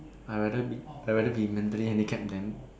I rather be I rather be handling any camp then